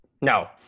No